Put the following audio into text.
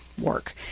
work